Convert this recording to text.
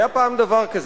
היה פעם דבר כזה.